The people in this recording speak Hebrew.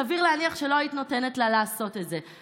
סביר להניח שלא היית נותנת לה לעשות את זה.